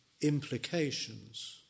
implications